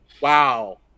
wow